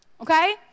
okay